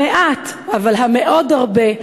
המעט אבל המאוד-הרבה,